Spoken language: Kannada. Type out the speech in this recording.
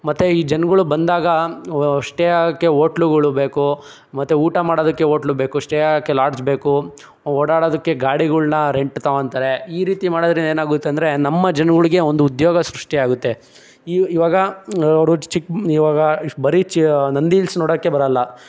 ಮತ್ತೆ ಈ ಜನಗಳು ಬಂದಾಗ ಸ್ಟೇ ಆಗೋಕ್ಕೆ ಹೋಟ್ಲುಗಳು ಬೇಕು ಮತ್ತೆ ಊಟ ಮಾಡೋದಕ್ಕೆ ಹೋಟ್ಲು ಬೇಕು ಸ್ಟೇ ಆಗೋಕ್ಕೆ ಲಾಡ್ಜ್ ಬೇಕು ಓಡಾಡೋದಕ್ಕೆ ಗಾಡಿಗಳನ್ನ ರೆಂಟ್ ತೊಗೋತಾರೆ ಈ ರೀತಿ ಮಾಡೋದ್ರಿಂದ ಏನಾಗುತ್ತಂದರೆ ನಮ್ಮ ಜನಗಳ್ಗೆ ಒಂದು ಉದ್ಯೋಗ ಸೃಷ್ಟಿಯಾಗುತ್ತೆ ಈ ಈವಾಗ ಅವರು ಚಿಕ್ಕ ಈವಾಗ ಬರಿ ಚ ನಂದಿ ಹಿಲ್ಸ್ ನೋಡೋಕ್ಕೆ ಬರಲ್ಲ